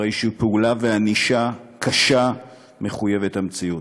הרי שפעולה וענישה קשה מחויבות המציאות.